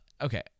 Okay